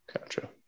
Gotcha